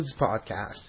podcast